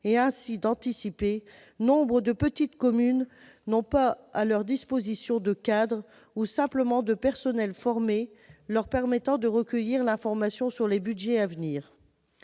et ainsi d'anticiper, nombre de petites communes n'ont pas à leur disposition de cadres, ou simplement de personnels formés leur permettant de recueillir l'information sur les budgets à venir.